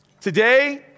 today